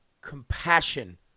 compassion